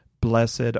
blessed